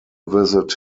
visit